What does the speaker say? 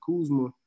Kuzma